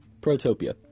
Protopia